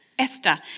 Esther